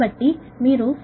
కాబట్టి మీకు 414∟ 33